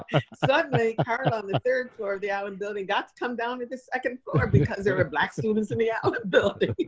um the third floor of the allen building got to come down to the second floor because there were black students in the yeah allen building.